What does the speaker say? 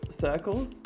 circles